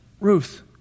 Ruth